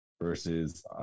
versus